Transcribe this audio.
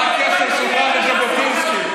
מה הקשר שלך לז'בוטינסקי?